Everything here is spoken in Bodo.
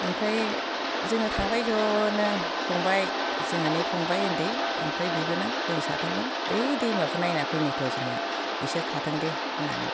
ओमफ्राय जोङो थांबाय ज'नो फंबाय जोंहानि फंबाय उन्दै ओमफ्राय बिबोनां जों साथामजों ओइ दैमाखो नायना फैनि र' जोंहा बिसोर थाथों दे होन्नानै